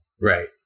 Right